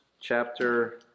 chapter